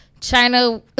China